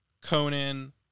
Conan